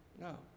No